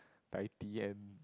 Taiti and